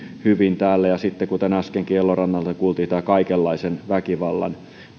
hyvin täällä ja sitten kuten äskenkin elorannalta kuultiin kaikenlaisen väkivallan